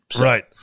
Right